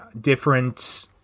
different